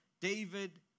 David